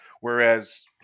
Whereas